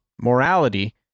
morality